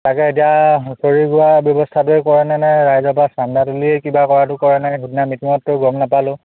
তাকে এতিয়া শৰীৰ বোৱা ব্যৱস্থাটোৱেই কৰেনে নে ৰাইজৰপৰা চান্দা তুলিয়েই কিবা কৰাটো কৰেনে সেইদিনা মিটিঙতটো গম নাপালোঁ